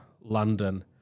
London